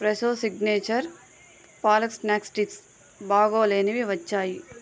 Fresho signature palak snack sticks బాగోలేనివి వచ్చాయి